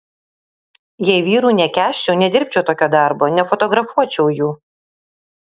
jei vyrų nekęsčiau nedirbčiau tokio darbo nefotografuočiau jų